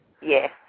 Yes